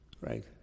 Right